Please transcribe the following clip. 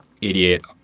idiot